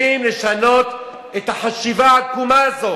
צריכים לשנות את החשיבה העקומה הזאת.